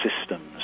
systems